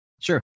Sure